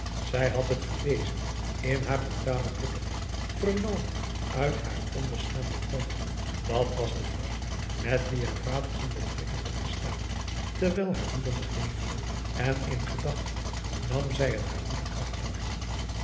ps maurits het gelezen in haar brutale blikken vernomen uit haar onbeschaamden toon dàt was de vrouw met wie haar vader in betrekking had gestaan terwijl haar moeder nog leefde en in gedachten nam zij het haar moeder kwalijk